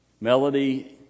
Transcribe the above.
Melody